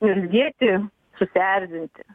niurzgėti susierzinti